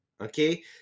okay